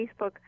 Facebook